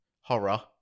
horror